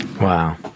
Wow